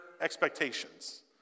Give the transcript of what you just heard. expectations